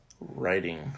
Writing